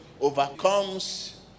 overcomes